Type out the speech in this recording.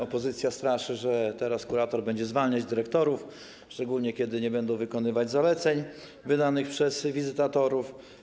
Opozycja straszy, że teraz kurator będzie zwalniać dyrektorów, szczególnie kiedy nie będą wykonywać zaleceń wydanych przez wizytatorów.